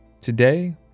today